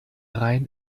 rhein